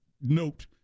note